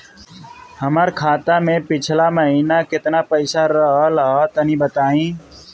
हमार खाता मे पिछला महीना केतना पईसा रहल ह तनि बताईं?